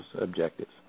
objectives